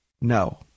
No